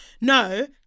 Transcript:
no